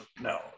no